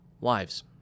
Wives